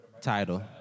title